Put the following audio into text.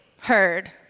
heard